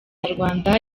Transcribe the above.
ikinyarwanda